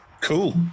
Cool